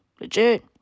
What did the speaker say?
Legit